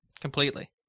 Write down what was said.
Completely